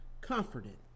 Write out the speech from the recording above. comforted